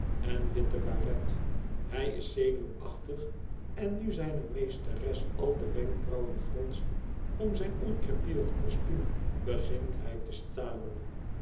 en witte baret hij is zenuwachtig en nu zijne meesteres al de wenkbrauwen fronst om zijn oneerbiedig kostuum begint hij te stamelen